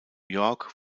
york